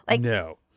no